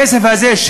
איימן עודה,